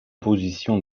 position